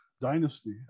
dynasty